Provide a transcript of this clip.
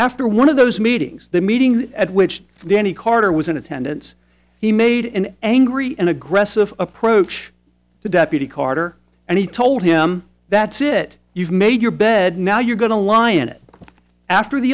after one of those meetings the meeting at which the ne carter was in attendance he made an angry and aggressive approach to deputy carter and he told him that's it you've made your bed now you're going to lie in it after the